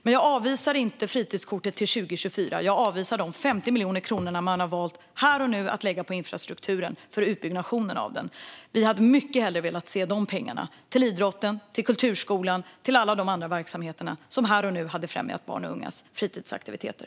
Men jag avvisar inte fritidskortet till 2024, utan jag avvisar de 50 miljoner kronor som man har valt att här och nu lägga på infrastrukturen för utbyggnation av kortet. Vi hade mycket hellre velat att dessa pengar går till idrotten, till kulturskolan och till alla andra verksamheter som här och nu hade främjat barns och ungas fritidsaktiviteter.